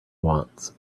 wants